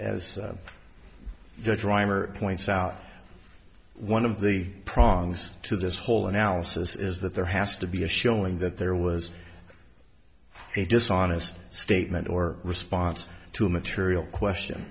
the driver points out one of the prongs to this whole analysis is that there has to be a showing that there was a dishonest statement or response to a material question